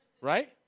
Right